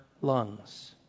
lungs